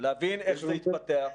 להבין איך זה התפתח,